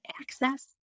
access